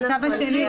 מהצו השני.